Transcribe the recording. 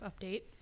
update